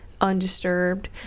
undisturbed